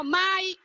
mai